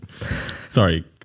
Sorry